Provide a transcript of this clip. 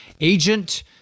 agent